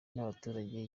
n’abaturage